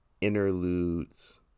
interludes